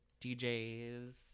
DJs